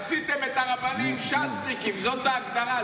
עשיתם את הרבנים ש"סניקים, זאת ההגדרה.